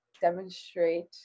demonstrate